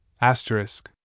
Asterisk